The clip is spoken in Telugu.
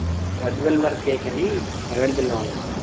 ప్రజ్వల్ వర్క్ కేక్ అనీ అవైలబుల్లో ఉందండి